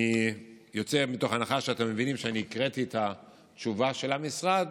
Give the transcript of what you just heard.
אני יוצא מתוך הנחה שאתם מבינים שאני הקראתי את התשובה של המשרד.